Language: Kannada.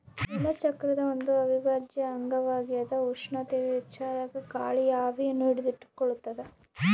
ಜಲಚಕ್ರದ ಒಂದು ಅವಿಭಾಜ್ಯ ಅಂಗವಾಗ್ಯದ ಉಷ್ಣತೆಯು ಹೆಚ್ಚಾದಾಗ ಗಾಳಿಯು ಆವಿಯನ್ನು ಹಿಡಿದಿಟ್ಟುಕೊಳ್ಳುತ್ತದ